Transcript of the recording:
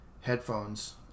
headphones